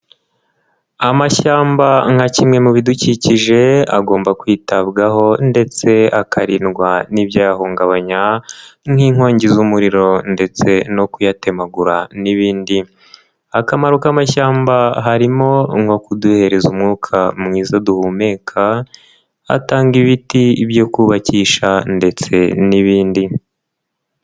Amashyamba nka kimwe mu bidukikije agomba kwitabwaho ndetse akarindwa n'ibyayahungabanya nk'inkongi z'umuriro ndetse no kuyatemagura n'ibindi. Akamaro k'amashyamba harimo nko kuduhereza umwuka mwiza duhumeka, atanga ibiti byo kubakisha ndetse n'ibindi.